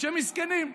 שהם מסכנים,